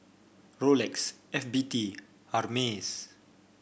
Rolex F B T Hermes